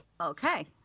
Okay